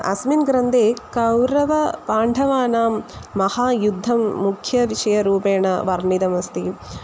अस्मिन् ग्रन्थे कौरवपाण्ढवानां महायुद्धं मुख्यविषयरूपेण वर्णितमस्ति